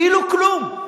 כאילו כלום,